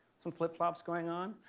some flip flops going on.